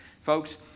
Folks